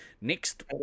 next